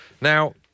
Now